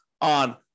on